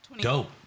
Dope